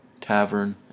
tavern